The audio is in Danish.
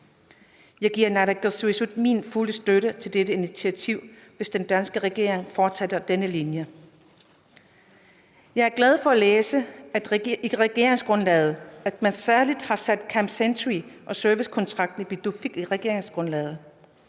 Jeg giver Naalakkersuisut min fulde støtte til dette initiativ, hvis den danske regering fortsætter denne linje. Jeg er glad for at læse i regeringsgrundlaget, at man særlig har sat Camp Century og servicekontrakten i Pituffik ind i regeringsgrundlaget.